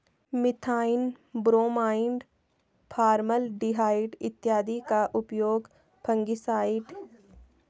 methyl bromide, formaldehyde इत्यादि का उपयोग फंगिसाइड के तौर पर किया जाता है